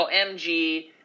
OMG